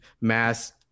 mass